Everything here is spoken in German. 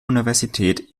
universität